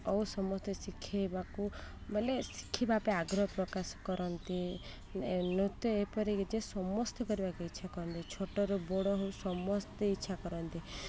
ଆଉ ସମସ୍ତେ ଶିଖାଇବାକୁ ମାନେ ଶିଖିବା ପାଇଁ ଆଗ୍ରହ ପ୍ରକାଶ କରନ୍ତି ନୃତ୍ୟ ଏପରି କି ଯେ ସମସ୍ତେ କରିବାକୁ ଇଚ୍ଛା କରନ୍ତି ଛୋଟରୁ ବଡ଼ ହଉ ସମସ୍ତେ ଇଚ୍ଛା କରନ୍ତି